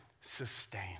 sustain